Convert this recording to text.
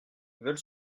veulent